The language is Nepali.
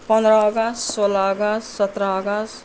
पन्ध्र अगस्त सोह्र अगस्त सत्र अगस्ट